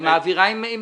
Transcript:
היא מעבירה עם פרטים.